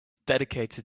dedicated